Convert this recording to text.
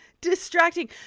distracting